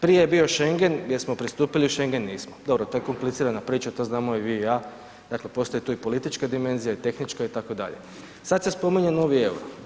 Prije je bio Schengen gdje smo pristupili Schengen nismo, dobro to je komplicirana priča to znamo i vi i ja, dakle postoji tu i politička dimenzija i tehnička itd., sada se spominje novi euro.